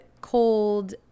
cold